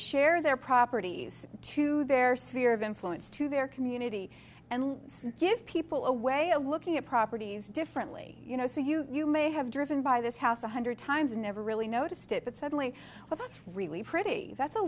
share their properties to their sphere of influence to their community and give people a way of looking at properties differently you know say you you may have driven by this house a hundred times and never really noticed it but suddenly of the really pretty that's a